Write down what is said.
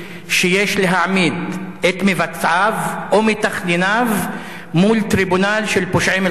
ויש להעמיד את מבצעיו ומתכנניו מול טריבונל של פושעי מלחמה.